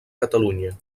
catalunya